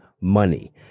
money